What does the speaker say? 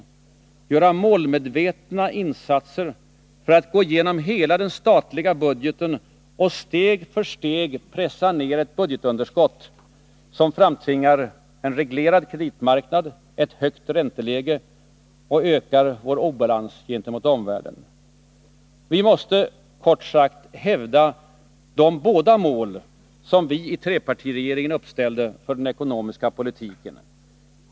Vi måste göra målmedvetna insatser för att gå igenom hela den statliga budgeten och steg för steg pressa ner ett budgetunderskott som framtvingar en reglerad kreditmarknad, ett högt ränteläge och ökad obalans gentemot omvärlden. Vi måste, kort sagt, hävda båda de mål som vi i trepartiregeringen uppställde för den ekonomiska politiken.